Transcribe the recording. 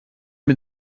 mit